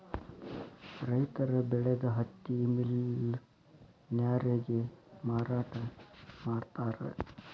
ರೈತರ ಬೆಳದ ಹತ್ತಿ ಮಿಲ್ ನ್ಯಾರಗೆ ಮಾರಾಟಾ ಮಾಡ್ತಾರ